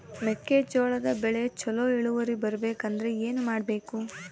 ಮೆಕ್ಕೆಜೋಳದ ಬೆಳೆ ಚೊಲೊ ಇಳುವರಿ ಬರಬೇಕಂದ್ರೆ ಏನು ಮಾಡಬೇಕು?